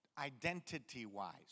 Identity-wise